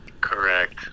Correct